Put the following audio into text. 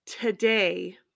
today